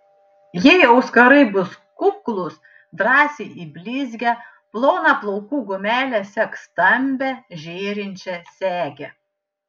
jei auskarai bus kuklūs drąsiai į blizgią ploną plaukų gumelę sek stambią žėrinčią segę